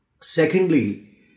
Secondly